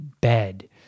bed